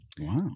Wow